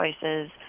choices